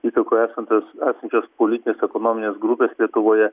įtakoj esantis esančios politinės ekonominės grupės lietuvoje